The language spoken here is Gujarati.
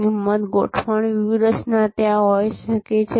કિંમત ગોઠવણ વ્યૂહરચના ત્યાં હોઈ શકે છે